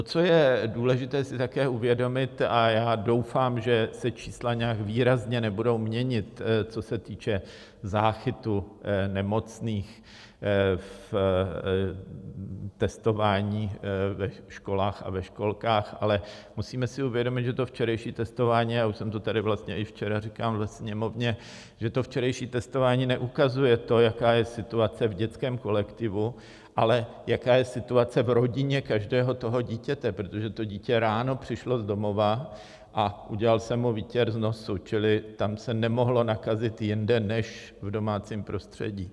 Co je důležité také si uvědomit, a já doufám, že se čísla nijak výrazně nebudou měnit, co se týče záchytu nemocných v testování ve školách a ve školkách, ale musíme si uvědomit, že to včerejší testování já už jsem to tady vlastně i včera říkal ve Sněmovně že to včerejší testování neukazuje to, jaká je situace v dětském kolektivu, ale jaká je situace v rodině každého toho dítěte, protože to dítě ráno přišlo z domova a udělal se mu výtěr z nosu, čili tam se nemohlo nakazit jinde než v domácím prostředí.